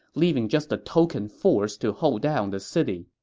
leaving just a token force to hold down the city